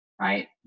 right